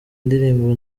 ndirimbo